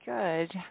Good